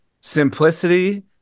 simplicity